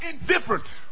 indifferent